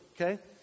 okay